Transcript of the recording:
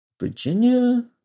Virginia